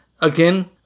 again